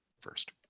First